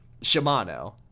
Shimano